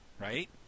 right